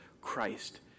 Christ